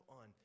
on